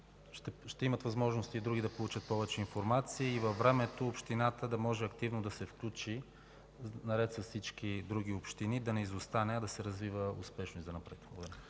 ще имат възможност и други да получат повече информация и във времето общината да може активно да се включи наред с всички други общини да не изостане, а да се развива успешно и занапред.